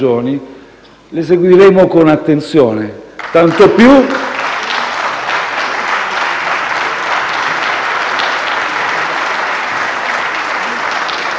le seguiremo con attenzione.